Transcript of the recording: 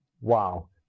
wow